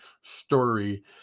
story